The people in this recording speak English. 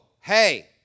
hey